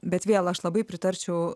bet vėl aš labai pritarčiau